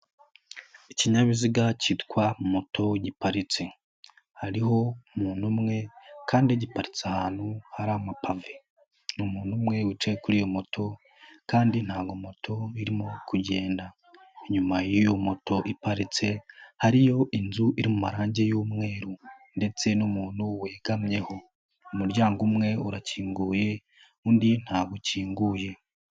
Ikinyabiziga kitwa moto giparitse, hariho umuntu umwe kandi giparitse ahantu hari amapave, ni umuntu umwe wicaye kuri iyo moto kandi ntago moto irimo kugenda, inyuma y'iyo moto iparitse hariyo inzu iri mu marangi y'umweru ndetse n'umuntu wegamyeho, umuryango umwe urakinguye undi ntabwo ukinguye.